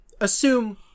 assume